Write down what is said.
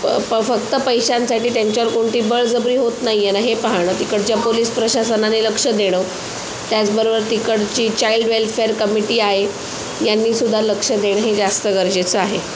प फक्त पैशांसाठी त्यांच्यावर कोणती बळजबरी होत नाही आहे ना हे पाहणं तिकडच्या पोलिस प्रशासनाने लक्ष देणं त्याचबरोबर तिकडची चाइल्ड वेल्फेअर कमिटी आहे यांनीसुद्धा लक्ष देणं हे जास्त गरजेचं आहे